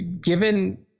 given